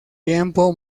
tiempo